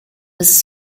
was